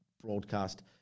broadcast